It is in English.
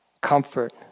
comfort